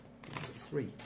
Three